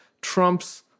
Trumps